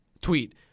tweet